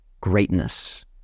greatness